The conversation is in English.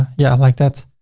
yeah, i like that.